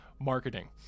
marketing